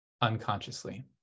unconsciously